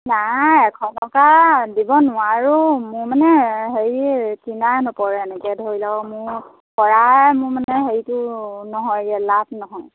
নাই এশ টকা দিব নোৱাৰোঁ মোৰ মানে হেৰি কিনাই নপৰে এনেকৈ ধৰি লওক মোৰ কৰায় মোৰ মানে হেৰিটো নহয়গৈ লাভ নহয়